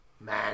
man